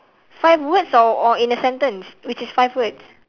five words or or in a sentence which is five words